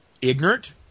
ignorant